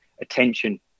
attention